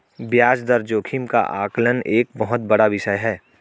ब्याज दर जोखिम का आकलन एक बहुत बड़ा विषय है